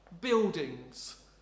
buildings